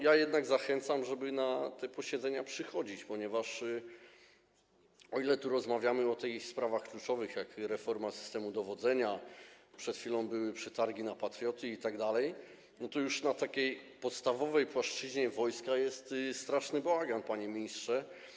Ja jednak zachęcam, żeby na te posiedzenia przychodzić, ponieważ tu rozmawiamy o tej sprawach kluczowych, jak reforma systemu dowodzenia, przed chwilą były przetargi na patrioty itd., ale już na takiej podstawowej płaszczyźnie wojska jest straszny bałagan, panie ministrze.